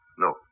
No